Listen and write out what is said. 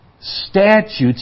statutes